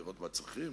לראות מה הם הצרכים,